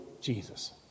Jesus